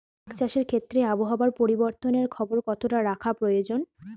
আখ চাষের ক্ষেত্রে আবহাওয়ার পরিবর্তনের খবর কতটা রাখা প্রয়োজন?